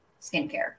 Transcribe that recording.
skincare